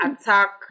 attack